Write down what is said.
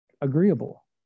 agreeable